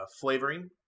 flavoring